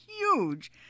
huge